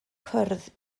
cwrdd